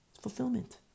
fulfillment